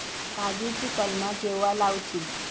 काजुची कलमा केव्हा लावची?